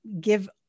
give